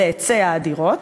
להיצע הדירות,